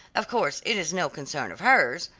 of course it is no concern of hers,